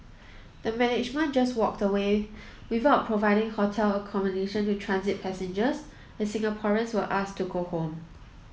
the management just walked away without providing hotel accommodation to transit passengers and Singaporeans were asked to go home